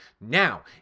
Now